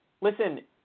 Listen